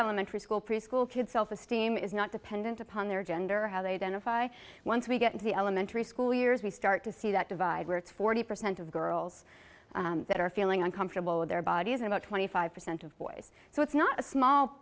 prion entry school preschool kids self esteem is not dependent upon their gender or how they then if i once we get into the elementary school years we start to see that divide where it's forty percent of girls that are feeling uncomfortable with their bodies about twenty five percent of boys so it's not a small